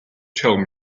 tell